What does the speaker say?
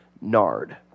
nard